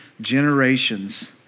generations